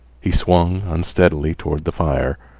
he swung unsteadily toward the fire.